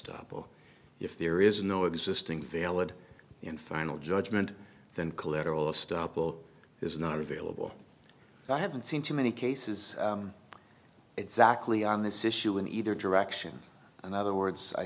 stoppel if there is no existing valid and final judgment then collateral estoppel is not available i haven't seen too many cases exactly on this issue in either direction and other words i